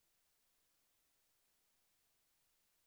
הברבריסטי, הם סכנה ברורה ומיידית,